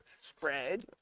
spread